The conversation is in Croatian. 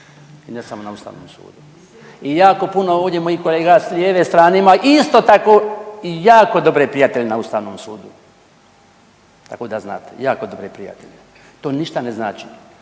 i ne samo na Ustavnom sudu i jako puno ovdje mojih kolega s lijeve strane imaju isto tako i jako dobre prijatelje na Ustavnom sudu. Tako da znate, jako dobre prijatelje. To ništa ne znači